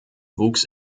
wuchs